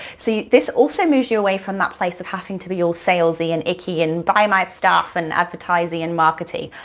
so this also moves you away from that place of having to be all salesy and icky and, buy my stuff, and advertisy and markety,